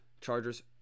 Chargers